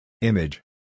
Image